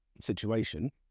situation